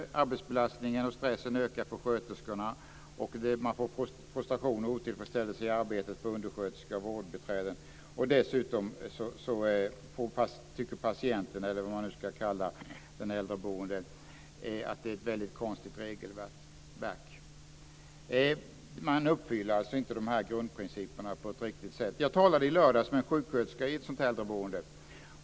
Arbetsbelastningen och stressen ökar för sköterskorna. Det blir frustration och otillfredsställelse i arbetet för undersköterskor och vårdbiträden. Dessutom tycker patienten, eller vad man nu ska kalla den äldreboende, att det är ett väldigt konstigt regelverk. Grundprinciperna uppfylls alltså inte på ett riktigt sätt. I lördags talade jag med en sjuksköterska i ett äldreboende.